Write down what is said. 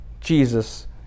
Jesus